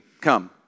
come